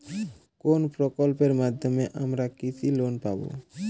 কোন প্রকল্পের মাধ্যমে আমরা কৃষি লোন পাবো?